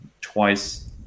twice